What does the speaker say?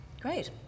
Great